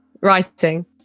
writing